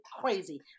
crazy